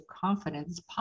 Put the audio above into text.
Confidence